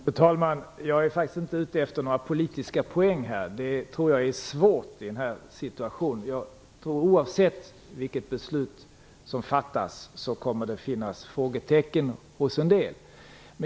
Fru talman! Jag är faktiskt inte ute efter några politiska poäng. Jag tror att det är svårt i den här situationen. Oavsett vilket beslut som fattas kommer det att finnas frågetecken hos en del.